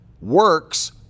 works